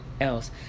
else